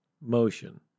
motion